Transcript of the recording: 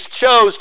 chose